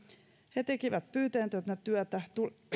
he tekivät pyyteetöntä työtä